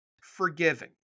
forgiving